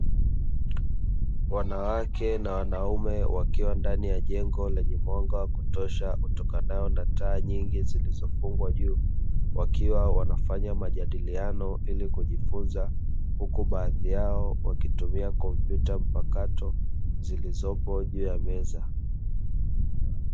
Wanawake na wanaume wakiwa ndani ya jengo lenye mwanga wa kutosha utokao na taa nyingi zilizofungwa juu wakiwa wanafanya majadiliano ili kujifunza, huku baadhi yao wakitumia kompyuta mpakato zilizopo juu ya meza.